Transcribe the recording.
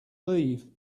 leave